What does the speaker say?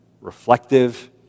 reflective